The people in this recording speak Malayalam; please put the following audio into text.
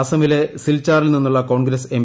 അസമിലെ സിൽചാറിൽ നിന്നുള്ള കോൺഗ്രസ് എം